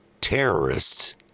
terrorists